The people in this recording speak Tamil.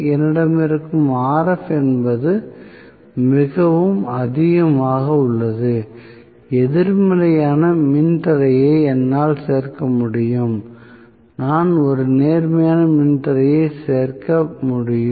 என்னிடம் இருக்கும் Rf என்பது மிகவும் அதிகமாக உள்ளது எதிர்மறையான மின் தடையை என்னால் சேர்க்க முடியாது நான் ஒரு நேர்மறையான மின் தடையை மட்டுமே சேர்க்க முடியும்